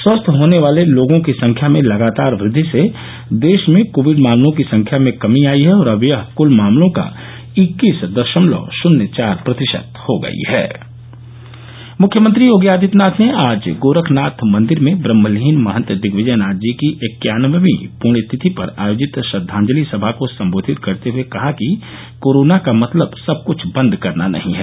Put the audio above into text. स्वस्थ होने वाले लोगों की संख्या में लगातार वृद्वि से देश में कोविड मामलों की संख्या में कमी आई है और अब यह क्ल मामलों का इक्कीस दशमलव शुन्य चार प्रतिशत हो गई है मुख्यमंत्री योगी आदित्यनाथ ने आज गोरखनाथ मंदिर में ब्रह्मलीन महंत दिग्विजयनाथ जी की इक्यानबवीं पृण्य तिथि पर आयोजित श्रद्दाजलि समा को सम्बोधित करते हए कहा कि कोरोना का मतलब सब कुछ बंद करना नहीं है